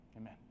Amen